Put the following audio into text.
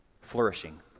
flourishing